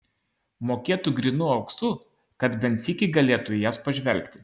mokėtų grynu auksu kad bent sykį galėtų į jas pažvelgti